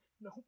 No